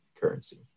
currency